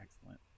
excellent